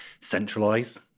centralize